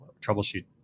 troubleshoot